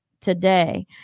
today